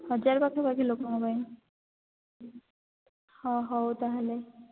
ହଜାରେ ପାଖାପାଖି ଲୋକଙ୍କ ପାଇଁ ହଁ ହଉ ତା'ହେଲେ